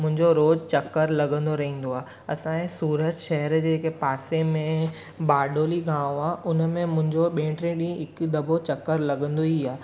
मुंहिंजो रोज़ु चकरु लॻंदो रहंदो आहे असांजे सूरत शहर जे जेके पासे में बाडोली गांव आहे उन में मुंहिंजो ॿिए टिएं ॾींहुं हिकु दफ़ो चकरु लॻंदो ई आहे